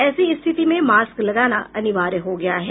ऐसी स्थिति में मॉस्क लगाना अनिवार्य हो गया है